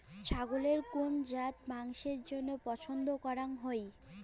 ছাগলের কুন জাত মাংসের জইন্য পছন্দ করাং হই?